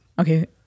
okay